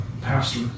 Pastor